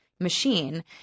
machine